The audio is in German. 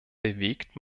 bewegt